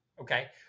Okay